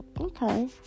okay